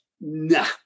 Nah